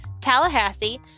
Tallahassee